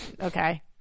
okay